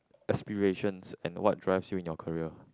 aspirations and what drives you in your career